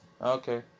okay